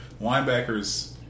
Linebackers